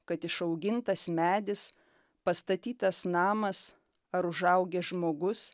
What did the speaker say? kad išaugintas medis pastatytas namas ar užaugęs žmogus